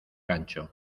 gancho